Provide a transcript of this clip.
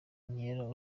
nkera